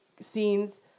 scenes